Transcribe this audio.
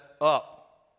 up